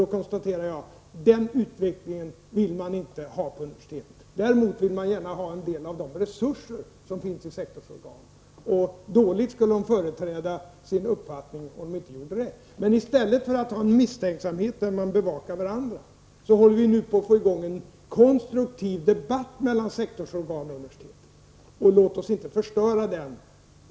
Då konstaterar jag att den utvecklingen vill man på universiteten inte ha. Däremot vill man gärna ha en del av de resurser som finns i sektorsorganen. Dåligt skulle man företräda sin uppfattning om man inte ville det. Menii stället för ett misstänksamt bevakande av varandra håller man nu på att få i gång en konstruktiv debatt mellan sektorsorgan och universitet. Låt oss inte förstöra den!